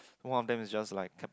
one of them is just like cap